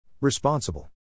Responsible